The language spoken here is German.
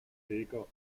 eger